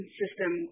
system